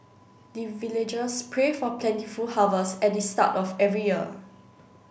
the villagers pray for plentiful harvest at the start of every year